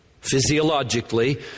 physiologically